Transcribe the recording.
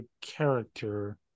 character